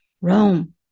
Rome